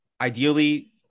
ideally